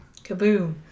Kaboom